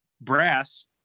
brass